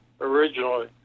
originally